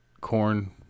corn